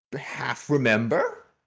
half-remember